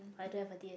I don't have a D_S